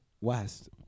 West